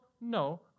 No